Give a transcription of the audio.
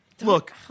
look